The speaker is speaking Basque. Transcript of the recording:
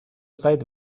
zait